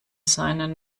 seinen